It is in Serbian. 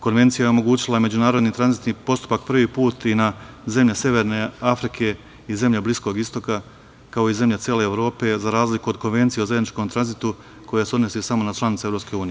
Konvencija je omogućila međunarodni tranzitni postupak prvi put i na zemlje severne Afrike i zemlje Bliskog istoka, kao i zemlje cele Evrope, za razliku od Konvencija o zajedničkom tranzitu koja se odnosi samo na članice EU.